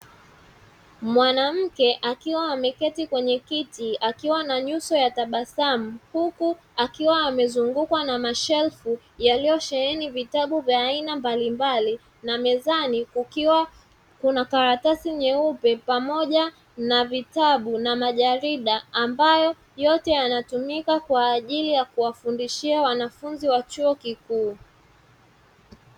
Mwanamke akiwa ameketi kwenye kiti akiwa na nyuso ya tabasamu, huku akiwa amezungukwa na mashelfu yaliyosheheni vitabu vya aina mbalimbali na mezani kukiwa na kuna karatasi nyeupe na vitabu na majarida, ambayo yote yanatumika kwaajili ya kuwafundishia wanafunzi wa chuo kikuu.